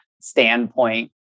standpoint